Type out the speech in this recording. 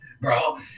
bro